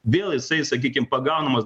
vėl jisai sakykim pagaunamas